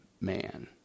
man